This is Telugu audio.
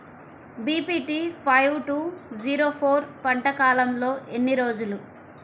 BPT five two zero four పంట కాలంలో ఎన్ని రోజులు?